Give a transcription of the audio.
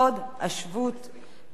המציע הוא חבר הכנסת אריה אלדד.